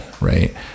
right